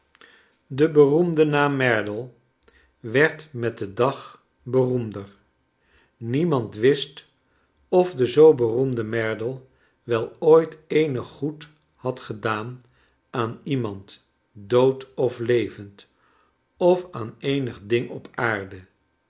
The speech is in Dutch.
de beroemde naam merdle werd met den dag beroemder niemand wist of de zoo beroemde merdle wel ooit eenig goed had gedaan aan iemand dood of levend of aan eenig ding op aarde